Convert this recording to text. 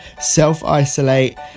self-isolate